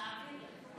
נעביר לך.